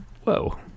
Whoa